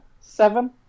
seven